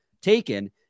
taken